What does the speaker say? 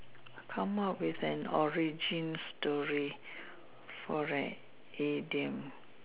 come up with an origin story for an idiom